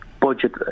budget